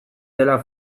dela